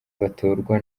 batorwa